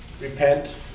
repent